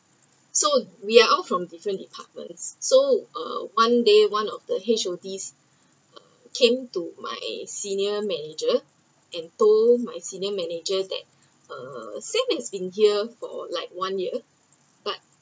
so we are all from different departments so uh one day one of the H_O_D came to my senior manager and told my senior manager that uh sam has been here for like one year but